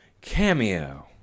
cameo